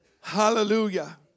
Hallelujah